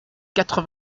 quatre